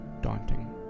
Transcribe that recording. daunting